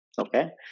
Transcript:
Okay